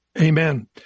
Amen